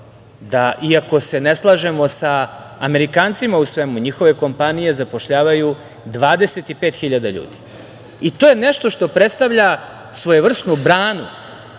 Iako se ne slažemo sa Amerikancima u svemu, njihove kompanije zapošljavaju 25 hiljada ljudi. To je nešto što predstavlja svojevrsnu branu